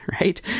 right